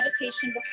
meditation